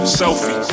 Selfie